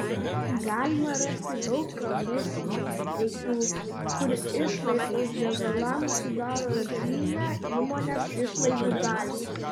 galima rasti daug profesijų veiklų kur išlaidos degalams sudaro žymią įmonės išlaidų dalį